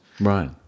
Right